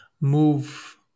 move